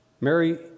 Mary